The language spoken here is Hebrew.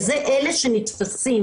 וזה אלה שנתפסים,